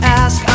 ask